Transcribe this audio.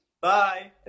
Bye